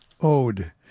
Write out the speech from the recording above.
Ode